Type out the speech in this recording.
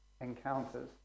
encounters